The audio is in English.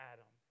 Adam